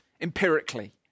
empirically